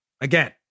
Again